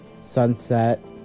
sunset